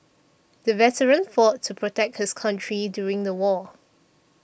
the veteran fought to protect his country during the war